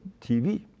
TV